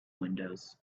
windows